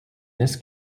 this